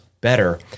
Better